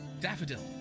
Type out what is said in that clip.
daffodil